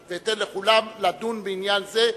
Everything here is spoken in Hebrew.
ואתן לכולם לדון בעניין זה,